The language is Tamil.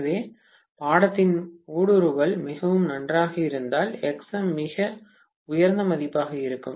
எனவே பாடத்தின் ஊடுருவல் மிகவும் நன்றாக இருந்தால் எக்ஸ்எம் மிக உயர்ந்த மதிப்பாக இருக்கும்